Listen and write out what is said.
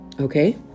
Okay